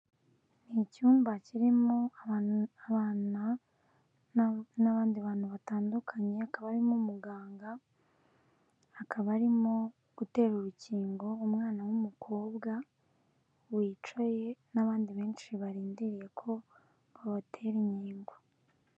N'icyumba kirimo abana n'abandi bantu batandukanye, hakaba harimo umuganga, hakaba harimo gutera urukingo umwana w'umukobwa wicaye n'abandi benshi barindiriye ko babatera inkingo.